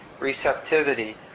receptivity